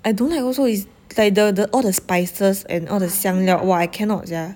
I don't like also is like the the all the spices and all the 香料 !wah! I cannot sia